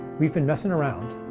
we've been messing around,